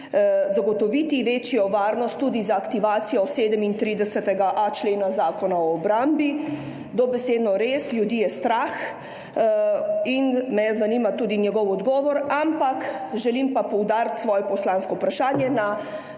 zagotoviti večjo varnost tudi z aktivacijo 37.a člena Zakona o obrambi? Dobesedno, ljudi je res strah. In me zanima tudi njegov odgovor. Želim pa poudariti svoje poslansko vprašanje o